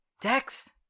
Dex